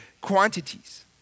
quantities